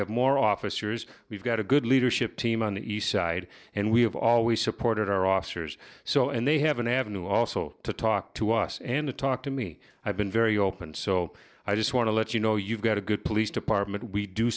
have more officers we've got a good leadership team on the east side and we have always supported our officers so and they have an avenue also to talk to us and to talk to me i've been very open so i just want to let you know you've got a good police department we do